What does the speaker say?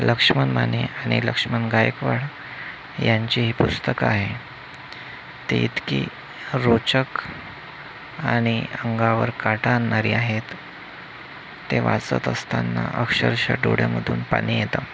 लक्ष्मण माने आणि लक्ष्मण गायकवाड यांची ही पुस्तकं आहे ती इतकी रोचक आणि अंगावर काटा आणणारी आहेत ते वाचत असताना अक्षरशः डोळ्यामधून पाणी येतं